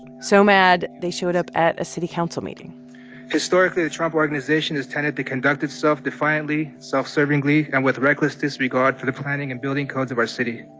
so mad they showed up at a city council meeting historically, the trump organization has tended to conduct itself defiantly, self-servingly and with reckless disregard for the planning and building codes of our city.